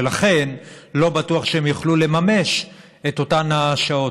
ולכן לא בטוח שהם יוכלו לממש את אותן השעות.